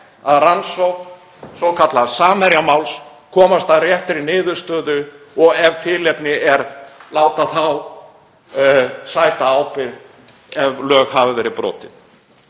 að rannsókn svokallaðs Samherjamáls, komast að réttri niðurstöðu og ef tilefni er til láta þá sæta ábyrgð ef lög hafa verið brotin.